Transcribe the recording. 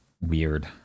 Weird